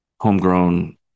homegrown